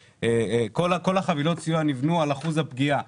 כל החבילות סיוע נבנו על אחוז הפגיעה,